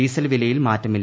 diesel വിലയിൽ മാറ്റമില്ല